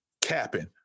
Capping